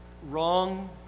Wrong